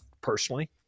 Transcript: personally